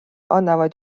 annavad